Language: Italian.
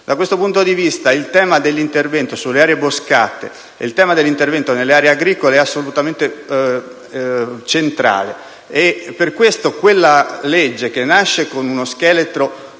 Da questo punto di vista, il tema dell'intervento sulle aree boscate e nelle aree agricole è assolutamente centrale. Per questo quella legge, che nasce con uno scheletro